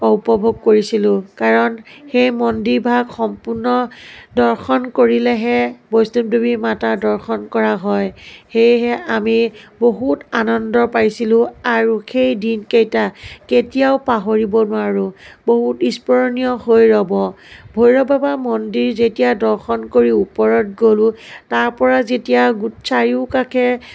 উপভোগ কৰিছিলোঁ কাৰণ সেই মন্দিৰভাগ সম্পূৰ্ণ দৰ্শন কৰিলেহে বৈষ্ণৱদেৱী মাতাৰ দৰ্শন কৰা হয় সেয়েহে আমি বহুত আনন্দ পাইছিলোঁ আৰু সেই দিনকেইটা কেতিয়াও পাহৰিব নোৱাৰো বহুত স্মৰণীয় হৈ ৰ'ব ভৈৰৱ বাবাৰ মন্দিৰ যেতিয়া দৰ্শন কৰি ওপৰত গ'লো তাৰপৰা যেতিয়া চাৰিওকাষে